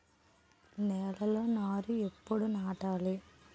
నేలలో నారు ఎప్పుడు నాటాలి?